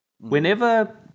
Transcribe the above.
Whenever